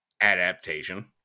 adaptation